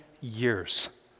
years